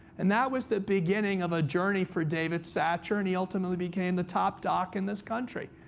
and that was the beginning of a journey for david satcher. and he ultimately became the top doc in this country.